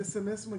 זה ב-S.M.S מגיע.